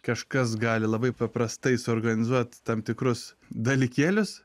kažkas gali labai paprastai suorganizuot tam tikrus dalykėlius